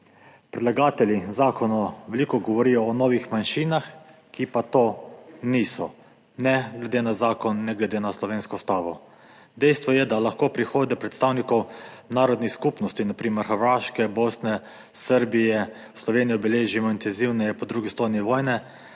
Predlagatelji zakona veliko govorijo o novih manjšinah, ki pa to niso, ne glede na zakon, ne glede na slovensko ustavo. Dejstvo je, da lahko prihode predstavnikov narodnih skupnosti, na primer Hrvaške, Bosne, Srbije v Sloveniji, beležimo intenzivneje po drugi svetovni vojni,